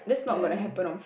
then